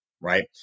right